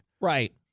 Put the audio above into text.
Right